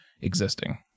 existing